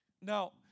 Now